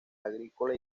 agrícola